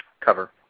cover